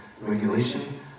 regulation